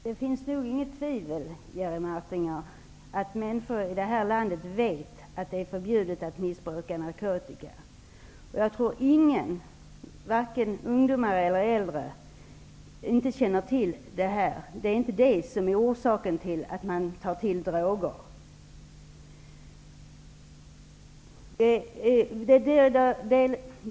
Herr talman! Det råder nog inget tvivel om att människor i det här landet vet att det är förbjudet att missbruka narkotika, Jerry Martinger. Jag tror inte att någon, vare sig ungdomar eller äldre, inte känner till detta. Det är inte det som är orsaken till att man tar till droger.